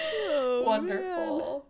Wonderful